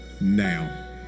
now